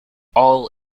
all